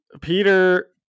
Peter